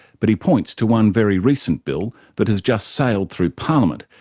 but he points to one very recent bill that has just sailed through parliament,